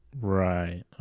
Right